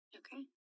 okay